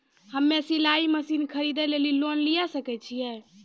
हम्मे सिलाई मसीन खरीदे लेली लोन लिये सकय छियै?